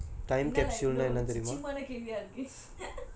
என்ன:enna lah cheap கேள்வியா இருக்கு:kelviyaa irukku